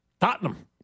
Tottenham